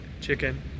Chicken